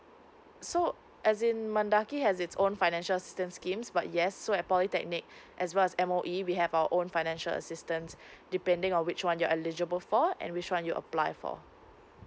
so as in mendaki has its own financial assistance scheme but yes so as polytechnic as well as M_O_E we have our own financial assistance depending on which one you're eligible for and which one you apply for